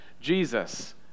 Jesus